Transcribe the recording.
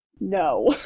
no